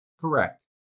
Correct